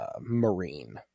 Marine